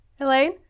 Elaine